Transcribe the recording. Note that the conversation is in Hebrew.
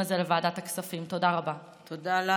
הדורות הבאים ידעו שאם הם לא מסתדרים במערכות בית ספריות,